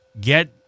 get –